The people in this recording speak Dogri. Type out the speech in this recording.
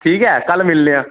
ठीक ऐ कल मिलने आं